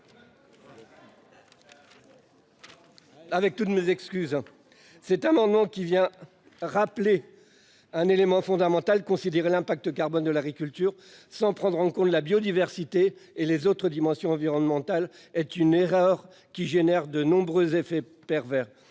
prie de m'excuser ... Cet amendement vise à rappeler un élément fondamental : le fait de considérer l'impact carbone de l'agriculture sans prendre en compte la biodiversité et les autres dimensions environnementales est une erreur qui produit de nombreux effets pervers.